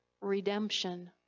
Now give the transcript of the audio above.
redemption